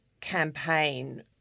campaign